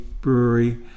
brewery